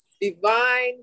divine